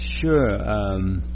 sure